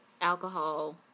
alcohol